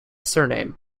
surname